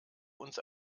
uns